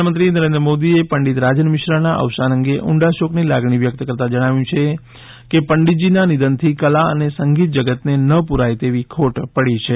પ્રધાનમંત્રી નરેન્દ્ર મોદીએ પંડિત રાજન મિશ્રાના અવસાન અંગે ઊંડા શોકની લાગણી વ્યક્ત કરતા જણાવ્યું છે કે પંડિતજીના નિધનથી કલા અને સંગીત જગતને ન પૂરાય તેવી ખોટ પડી છે